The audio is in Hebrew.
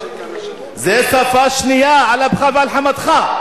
זה שפה שנייה על אפך ועל חמתך.